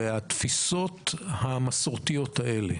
והתפיסות המסורתיות האלה,